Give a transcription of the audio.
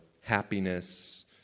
happiness